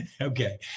Okay